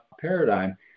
paradigm